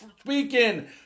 Speaking